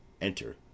Enter